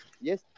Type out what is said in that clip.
yes